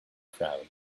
crowd